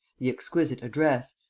the exquisite address,